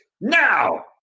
Now